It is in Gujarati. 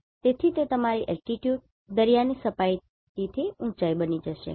તેથી તે તમારી Altitude દરિયાની સપાટીથી ઊંચાઈ બની જશે